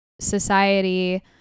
society